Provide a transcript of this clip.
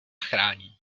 chrání